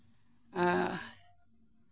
ᱮᱸᱜ